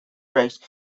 race